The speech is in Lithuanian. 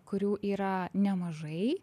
kurių yra nemažai